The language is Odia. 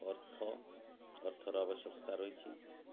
ଅର୍ଥ ଅର୍ଥର ଆବଶ୍ୟକତା ରହିଛି